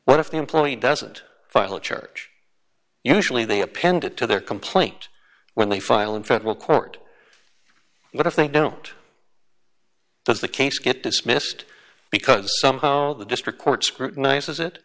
what if the employee doesn't file a charge usually they appended to their complaint when they file in federal court but if they don't does the case get dismissed because somehow the district court scrutinizes it